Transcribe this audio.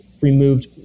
removed